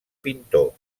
pintor